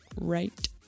right